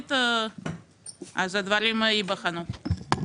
תקציבית הדברים ייבחנו.